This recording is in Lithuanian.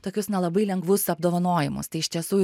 tokius na labai lengvus apdovanojimus tai iš tiesų